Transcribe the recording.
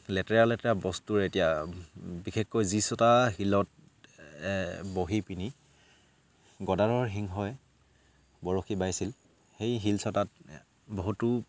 লেতেৰা লেতেৰা বস্তুৰ এতিয়া বিশেষকৈ যিচটা শিলত বহি পিনি গদাধৰ সিংহই বৰশী বাইছিল সেই শিল চটাত বহুতো